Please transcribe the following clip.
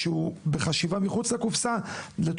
שכרוך בחשיבה מחוץ לקופסה, לגבי עניין התאגוד.